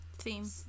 Theme